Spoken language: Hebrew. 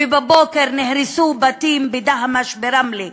ובבוקר נהרסו בתים בדהמש ברמלה,